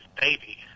baby